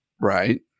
Right